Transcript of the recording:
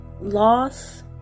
Loss